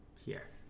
here